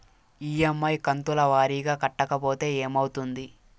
EMI కంతుల వారీగా కట్టకపోతే ఏమవుతుంది?